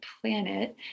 planet